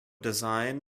design